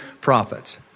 prophets